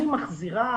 אני מחזירה